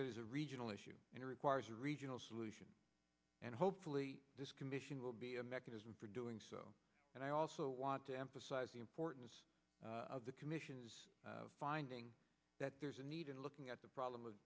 that is a regional issue and requires a regional solution and hopefully this commission will be a mechanism for doing so and i also want to emphasize the importance of the commission's finding that there is a need in looking at the problem of